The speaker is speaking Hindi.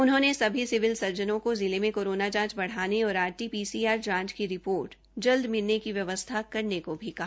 उन्होंने सभी सिविल सर्जन को जिलों में कोरोना जांच बढ़ाने और आरटी पीसीआर जांच की रिपोर्ट जल्द मिलने की व्यवस्था करने को भी कहा